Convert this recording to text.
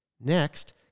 Next